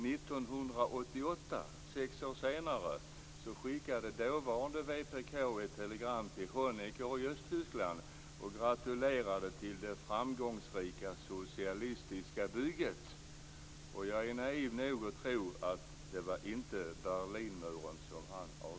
1988, sex år senare, skickade dåvarande vpk ett telegram till Honecker i Östtyskland och gratulerade till det framgångsrika socialistiska bygget. Och jag är naiv nog att tro att det inte var Berlinmuren man avsåg.